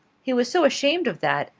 he was so ashamed of that,